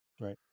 Right